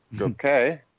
okay